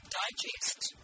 Digest